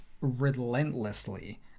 relentlessly